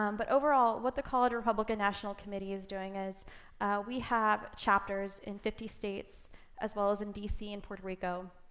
um but overall, what the college republican national committee is doing is we have chapters in fifty states as well as in dc and puerto rico.